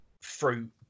fruit